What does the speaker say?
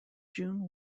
june